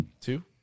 Two